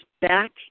back